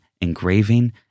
engraving